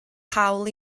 hawl